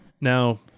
Now